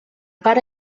pare